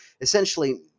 essentially